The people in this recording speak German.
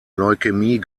leukämie